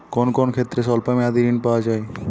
কোন কোন ক্ষেত্রে স্বল্প মেয়াদি ঋণ পাওয়া যায়?